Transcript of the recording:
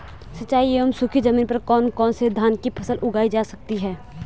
सिंचाई एवं सूखी जमीन पर कौन कौन से धान की फसल उगाई जा सकती है?